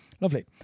Lovely